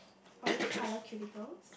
orange colour cubicles